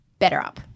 BetterUp